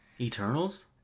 Eternals